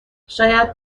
شاید